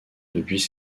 depuis